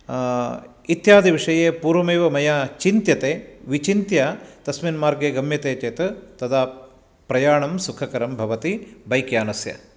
इत्यादिविषये पूर्वमेव मया चिन्त्यते विचिन्त्य तस्मिन् मार्गे गम्यते चेत् तदा प्रयाणं सुखकरं भवति बैक्यानस्य